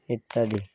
ইত্যাদি